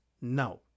No